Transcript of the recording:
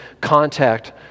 contact